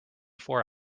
four